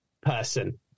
person